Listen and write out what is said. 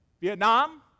Vietnam